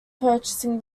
purchasing